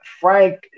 Frank